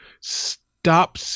stop